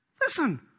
listen